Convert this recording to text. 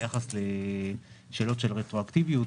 ביחס לשאלות של רטרואקטיביות,